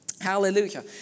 Hallelujah